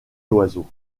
l’oiseau